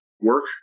work